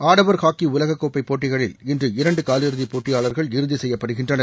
ஆடவர் ஹாக்கி உலக கோப்பை போட்டிகளில் இன்று இரண்டு காலிறுதி போட்டியாளர்கள் இறுதி செய்யப்படுகின்றனர்